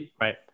right